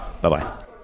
Bye-bye